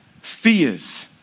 fears